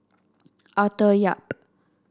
Arthur Yap